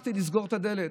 שכחתי לסגור את הדלת.